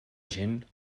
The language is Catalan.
gent